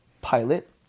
pilot